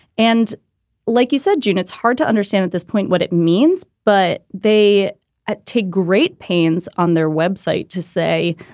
and like you said, june, it's hard to understand at this point what it means, but they take great pains on their web site to say,